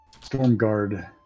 Stormguard